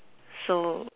so